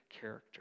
character